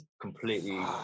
completely